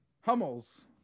Hummels